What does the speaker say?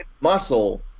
muscle